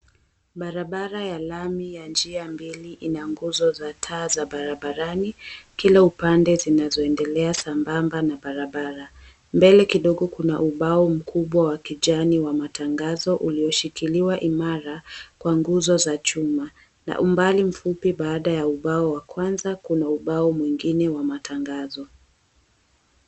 Barabara ya lami ya njia mbili ina nguzo za taa za barabarani, kila upande zinazoendelea sambamba na barabara. Mbele kidogo kuna ubao mkubwa wa kijani wa matangazo ulioshikiliwa imara kwa nguzo za chuma na umbali mfupi. Baada ya ubao wa kwanza kuna ubao mwingine wa matangazo.